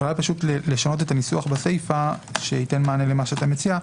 אולי פשוט לשנות את הניסוח בסיפא שייתן מענה למה שאתה מציע.